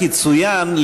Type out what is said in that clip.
רק יצוין,